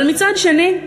אבל מצד שני,